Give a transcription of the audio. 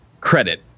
credit